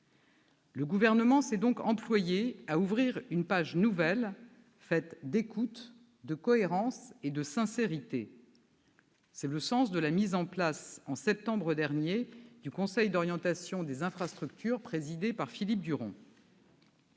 Le Gouvernement s'est donc employé à ouvrir une page nouvelle, faite d'écoute, de cohérence et de sincérité. C'est le sens de la mise en place en septembre dernier du Conseil d'orientation des infrastructures, présidé par Philippe Duron.